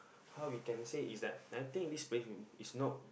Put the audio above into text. how we can say is that I think this pavement is not